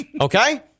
Okay